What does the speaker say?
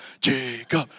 Jacob